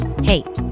Hey